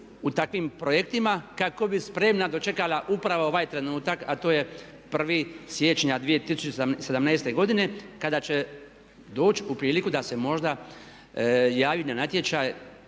u takvim projektima kako bi spremna dočekala upravo ovaj trenutak a to je prvi siječnja 2017.godine kada će doći u priliku da se možda javi na natječaj